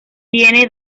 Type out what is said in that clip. tiene